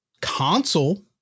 console